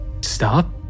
stop